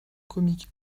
comique